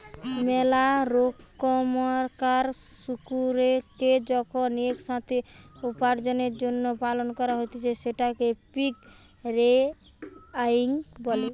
মেলা রোকমকার শুকুরকে যখন এক সাথে উপার্জনের জন্য পালন করা হতিছে সেটকে পিগ রেয়ারিং বলে